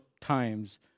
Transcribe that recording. times